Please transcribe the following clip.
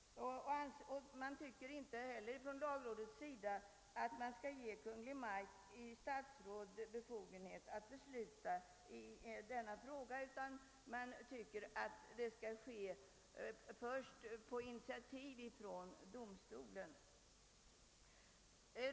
Lagrådet tycker inte heller att Kungl. Maj:t i statsrådet bör ha befogenhet att besluta i sådana frågor utan anser att beslut skall fattas först efter initiativ av domstolen.